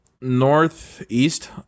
northeast